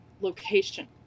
location